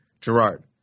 Gerard